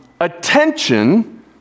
attention